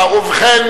ובכן,